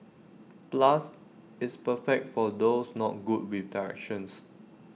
plus it's perfect for those not good with directions